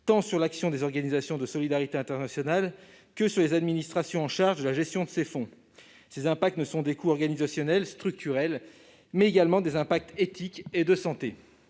tant sur l'action des organisations de solidarité internationale que sur les administrations chargées de la gestion de ces fonds. Il y a des coûts organisationnels et structurels, mais également des conséquences éthiques et de santé.